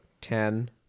ten